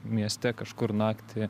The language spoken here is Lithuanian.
mieste kažkur naktį